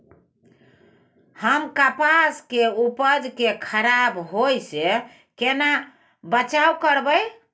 हम कपास के उपज के खराब होय से केना बचाव करबै?